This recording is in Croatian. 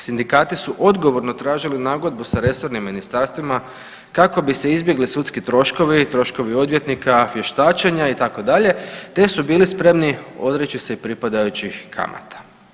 Sindikati su odgovorno tražili nagodbu sa resornim ministarstvima kako bi se izbjegli sudski troškovi i troškovi odvjetnika, vještačanje itd., te su bili spremni odreći se i pripadajućih kamata.